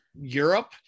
Europe